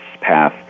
path